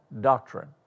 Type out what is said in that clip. doctrine